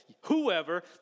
Whoever